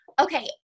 Okay